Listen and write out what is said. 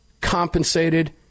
compensated